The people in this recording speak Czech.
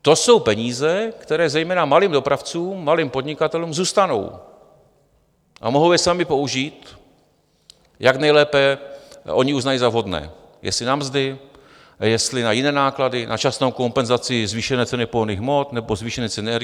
To jsou peníze, které zejména malým dopravcům, malým podnikatelům zůstanou a mohou je sami použít, jak nejlépe oni uznají za vhodné jestli na mzdy, jestli na jiné náklady, na současnou kompenzaci zvýšené ceny pohonných hmot nebo zvýšené ceny energií.